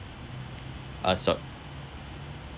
uh sor~